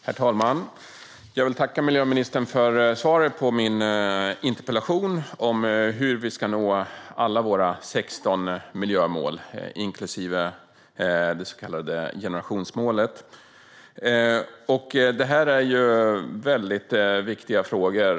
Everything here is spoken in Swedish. Herr talman! Jag vill tacka miljöministern för svaret på min interpellation om hur vi ska nå alla våra 16 miljömål, inklusive det så kallade generationsmålet. Detta är ju väldigt viktiga frågor.